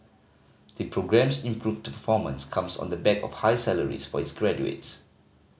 the programme's improved performance comes on the back of higher salaries for its graduates